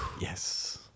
Yes